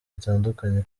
butandukanye